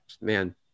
man